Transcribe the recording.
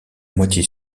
moitié